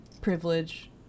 privilege